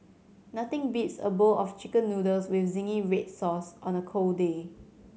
nothing beats a bowl of Chicken Noodles with zingy red sauce on a cold day